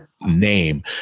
name